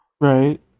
Right